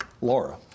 Laura